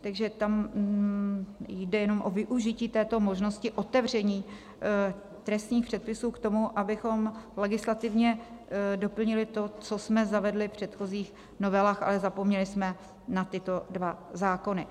Takže tam jde jenom o využití této možnosti otevření trestních předpisů k tomu, abychom legislativně doplnili to, co jsme zavedli v předchozích novelách, ale zapomněli jsme na tyto dva zákony.